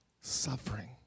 suffering